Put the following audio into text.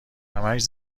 همش